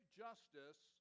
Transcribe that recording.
justice